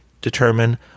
determine